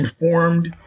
informed